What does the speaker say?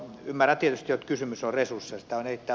ymmärrän tietysti että kysymys on resursseista